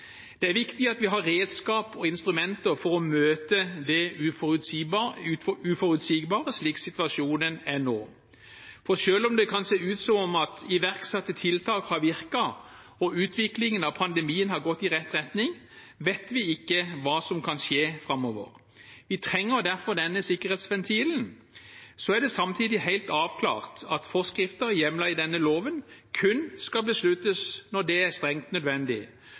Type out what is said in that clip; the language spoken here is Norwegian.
Det er viktig at vi har redskap og instrumenter for å møte det uforutsigbare slik situasjonen er nå. Selv om det kan se ut som om at iverksatte tiltak har virket, og utviklingen av pandemien har gått i rett retning, vet vi ikke hva som kan skje framover. Vi trenger derfor denne sikkerhetsventilen. Samtidig er det helt avklart at forskrifter hjemlet i denne loven kun skal besluttes når det er strengt nødvendig,